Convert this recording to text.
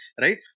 right